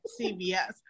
CBS